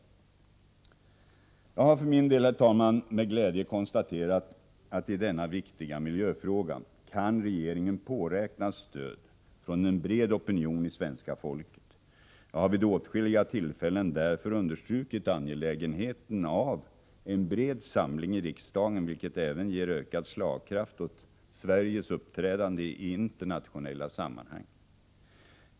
Jag har för min del, herr talman, med glädje konstaterat att i denna viktiga miljöfråga kan regeringen påräkna stöd från en bred opinion i svenska folket. Jag har vid åtskilliga tillfällen understrukit angelägenheten av en bred samling i riksdagen, vilket även ger ökad slagkraft åt Sveriges uppträdande i internationella sammanhang.